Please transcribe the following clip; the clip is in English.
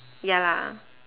ya lah